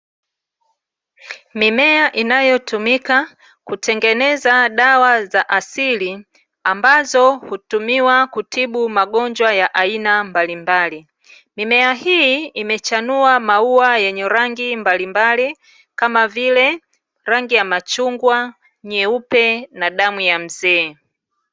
Mimea inayotumika kutengeneza dawa za asili ambazo hutumiwa kutibu magonjwa ya aina mbalimbali. Mimea hii imechanua maua ya rangi mbalimbali kama vile: rangi ya machungwa, nyeupe na damu ya mzee.